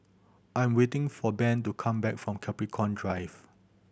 I am waiting for Ben to come back from Capricorn Drive